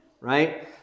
right